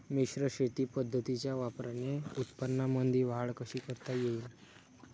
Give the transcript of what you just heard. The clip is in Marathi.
मिश्र शेती पद्धतीच्या वापराने उत्पन्नामंदी वाढ कशी करता येईन?